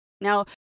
Now